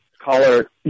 caller